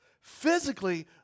physically